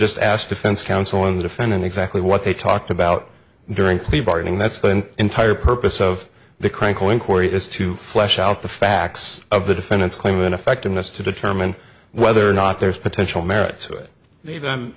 just asked defense counsel and the defendant exactly what they talked about during plea bargaining that's the entire purpose of the crinkle inquiry is to flesh out the facts of the defendant's claim of ineffectiveness to determine whether or not there's potential merits to it